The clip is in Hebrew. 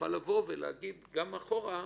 יוכל לבוא ולהגיד "גם אחורה".